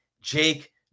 Jake